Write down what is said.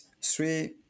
three